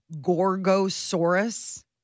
Gorgosaurus